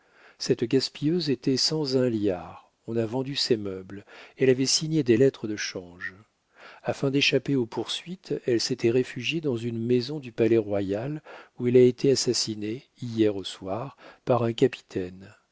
cette gaspilleuse était sans un liard on a vendu ses meubles elle avait signé des lettres de change afin d'échapper aux poursuites elle s'était réfugiée dans une maison du palais-royal où elle a été assassinée hier au soir par un capitaine